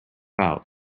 out